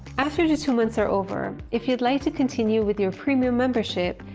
after the two months are over, if you'd like to continue with your premium membership,